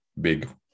big